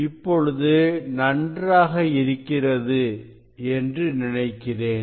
இப்பொழுது நன்றாக இருக்கிறது என்று நினைக்கிறேன்